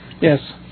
Yes